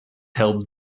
help